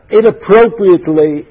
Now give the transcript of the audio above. inappropriately